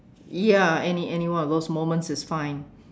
ya any anyone of those moments is fine